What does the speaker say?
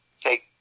take